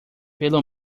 pelo